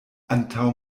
antaŭ